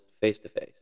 face-to-face